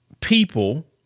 people